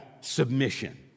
submission